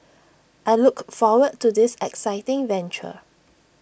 I look forward to this exciting venture